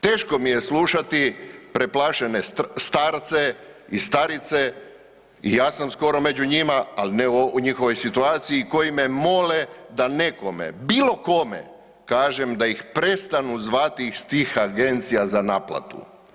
Teško mi je slušati preplašene starce i starice i ja sam skoro među njima ali ne u njihovoj situaciji koji me mole da nekome, bilo kome kažem da ih prestanu zvati iz tih agencija za naplatu.